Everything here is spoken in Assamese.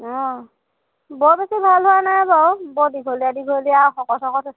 অঁ বৰ বেছি ভাল হোৱা নাই বাৰু বৰ দীঘলীয়া দীঘলীয়া শকত শকত হৈছে